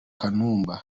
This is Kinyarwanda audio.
kanumba